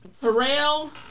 Terrell